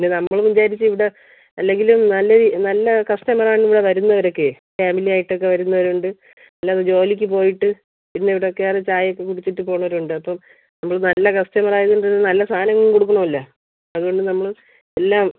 പിന്നെ നമ്മൾ വിചാരിച്ചു ഇവിടെ അല്ലെങ്കിലും നല്ലോര് നല്ല കസ്റ്റമർ ആണിവിടെ വരുന്നവരൊക്കെ ഫാമിലിയായിട്ടൊക്കെ വരുന്നവരുണ്ട് അല്ലാതെ ജോലിക്ക് പോയിട്ട് പിന്നെ ഇവിടെ കയറി ചായയൊക്കെ കുടിച്ചിട്ട് പോകുന്നവരുണ്ട് അപ്പം നമ്മള് നല്ല കസ്റ്റമർ ആയത്കൊണ്ടൊരു നല്ല സാധനങ്ങളും കൊടുക്കണമല്ലോ അതുകൊണ്ട് നമ്മള് എല്ലാം